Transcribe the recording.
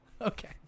Okay